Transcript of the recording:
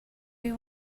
you